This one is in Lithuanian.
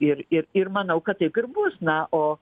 ir ir ir manau kad taip ir bus na o